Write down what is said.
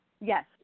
Yes